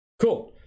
Cool